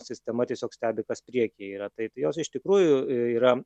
sistema tiesiog stebi kas priekyje yra tai jos iš tikrųjų a yra